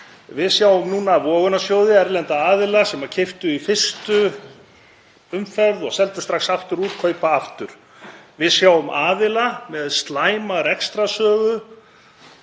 Við sjáum núna vogunarsjóði, erlenda aðila sem keyptu í fyrstu umferð og seldu strax aftur, kaupa aftur. Við sjáum aðila með slæma rekstrarsögu